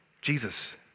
Jesus